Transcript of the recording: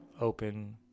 open